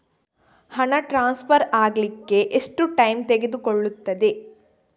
ಹಣ ಟ್ರಾನ್ಸ್ಫರ್ ಅಗ್ಲಿಕ್ಕೆ ಎಷ್ಟು ಟೈಮ್ ತೆಗೆದುಕೊಳ್ಳುತ್ತದೆ?